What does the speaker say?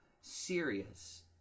serious